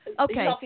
Okay